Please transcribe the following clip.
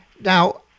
now